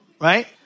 right